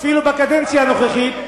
אפילו בקדנציה הנוכחית.